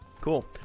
Cool